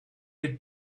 had